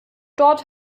dort